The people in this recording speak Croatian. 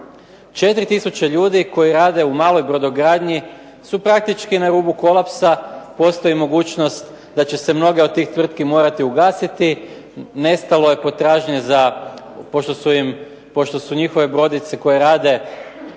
4000 ljudi koji rade u maloj brodogradnji su praktički na rubu kolapsa. Postoji mogućnost da će se mnoge od tih tvrtki morati ugasiti. Nestalo je potražnje za, pošto su im, pošto su njihove brodice koje rade